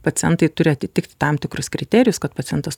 pacientai turi atitikti tam tikrus kriterijus kad pacientas